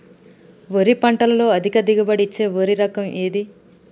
వరి పంట లో అధిక దిగుబడి ఇచ్చే వరి రకం ఏది?